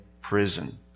prison